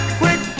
quick